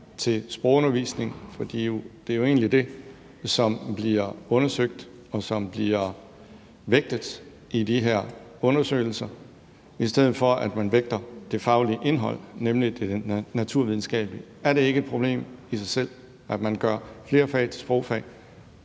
til sprogundervisning – for det er jo egentlig det, som bliver undersøgt og vægtet i de her undersøgelser – i stedet for at man vægter det faglige indhold, nemlig det naturvidenskabelige? Er det ikke et problem i sig selv, at man gør flere fag til sprogfag?